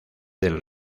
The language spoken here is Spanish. del